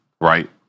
right